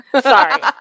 Sorry